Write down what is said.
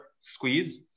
squeeze